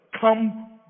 come